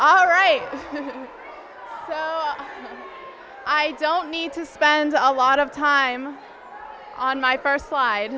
all right i don't need to spend a lot of time on my first sli